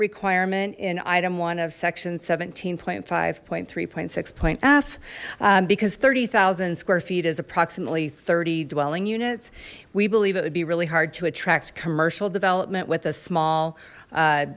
requirement in item one of section seventeen point five point three point six point s because thirty thousand square feet is approximately thirty dwelling units we believe it would be really hard to attract commercial development with a small